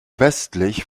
westlich